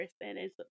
percentage